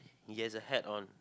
he has a hat on